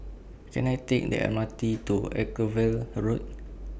Can I Take The M R T to Road